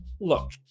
look